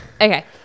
Okay